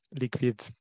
liquid